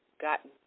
got